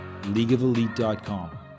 leagueofelite.com